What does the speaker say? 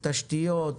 תשתיות,